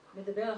מדבר,